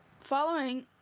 Following